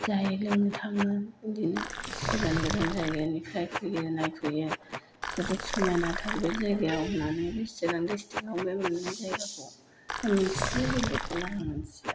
जायो लोङो थाङो बिदिनो गोजान गोजान जायगानिफ्राय फैयो नायफैयो जोबोद समायनाथार बे जायगायाव होननानै बे चिरां डिसट्रिक्टआव बे मोननै जायगाखौ आं मोनथियो बेलेकखौलाय आं मिनथियालै